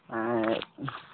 ᱟᱨ